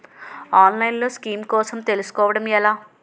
ఆన్లైన్లో స్కీమ్స్ కోసం తెలుసుకోవడం ఎలా?